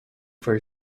for